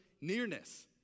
nearness